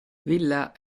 villa